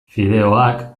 fideoak